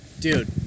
Dude